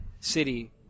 city